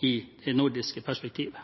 i det nordiske perspektivet.